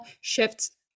shifts